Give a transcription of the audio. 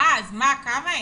אז מה, כמה הם?